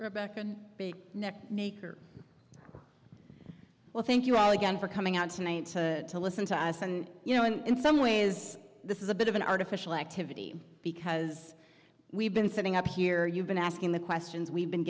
maker well thank you all again for coming out tonight to listen to us and you know in some ways this is a bit of an artificial activity because we've been sitting up here you've been asking the questions we've been